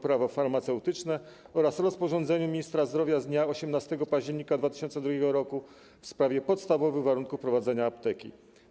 Prawo farmaceutyczne oraz rozporządzeniu ministra zdrowia z dnia 18 października 2002 r. w sprawie podstawowych warunków prowadzenia apteki.